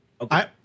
okay